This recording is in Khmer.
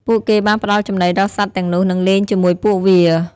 ពួកគេបានផ្តល់ចំណីដល់សត្វទាំងនោះ និងលេងជាមួយពួកវា។